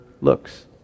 looks